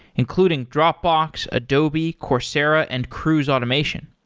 including dropbox, adobe, coursera and cruise automation.